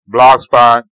Blogspot